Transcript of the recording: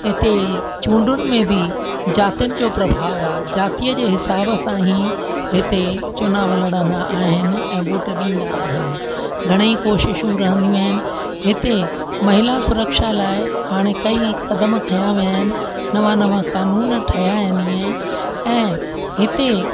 हिते चूंडियुनि में बि जातियुनि जो प्रभाव आहे जातीअ जे हिसाब सां ई हिते चुनाव लड़न्दा आहिनि ऐं वोट ॾींदा आहिनि घणेई कोशिशूं रहंदियूं आहिनि हिते महिला सुरक्षा लाइ हाणे कई क़दम खंया विया आहिनि नवां नवां कानून ठहिया आहिनि हीअं ऐं हिते